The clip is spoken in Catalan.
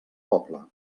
poble